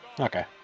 Okay